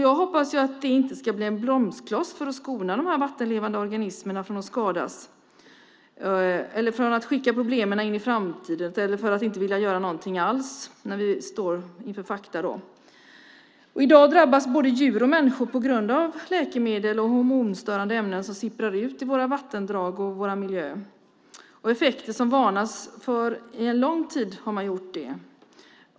Jag hoppas att det inte ska bli en bromskloss när det gäller att skydda de vattenlevande organismerna från att skadas. Och jag hoppas inte att detta ska göra att man skickar problemen in i framtiden eller att man inte vill göra någonting alls när vi står inför fakta. I dag drabbas både djur och människor, på grund av läkemedel och hormonstörande ämnen som sipprar ut i våra vattendrag och i vår miljö, av effekter som man under en lång tid har varnat för.